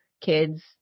kids